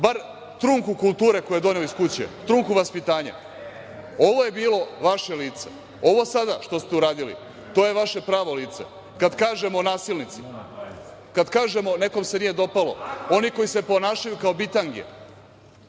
bar trunku kulture koju je doneo iz kuće, trunku vaspitanja? Ovo je bilo vaše lice. Ovo sada što ste uradili to je vaše pravo lice. Kad kažemo nasilnici, kad kažemo – nekom se nije dopalo, oni koji se ponašaju kao bitange.